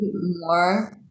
more